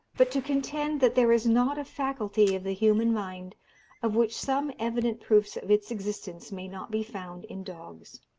but to contend that there is not a faculty of the human mind of which some evident proofs of its existence may not be found in dogs.